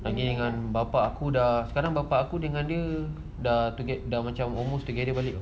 lagi bapa aku dah sekarang dengan dia dah toget~ dah macam almost together balik